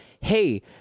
hey